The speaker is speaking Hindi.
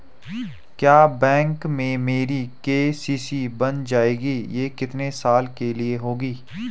क्या बैंक में मेरी के.सी.सी बन जाएगी ये कितने साल के लिए होगी?